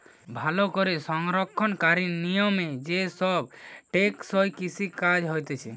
ভালো করে সংরক্ষণকারী নিয়মে যে সব টেকসই কৃষি কাজ হতিছে